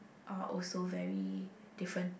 are also very different